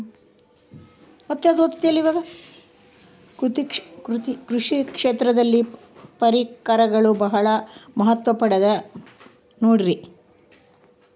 ಕೃಷಿ ಕ್ಷೇತ್ರದಲ್ಲಿ ಪರಿಕರಗಳು ಬಹಳ ಮಹತ್ವ ಪಡೆದ ನೋಡ್ರಿ?